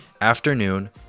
afternoon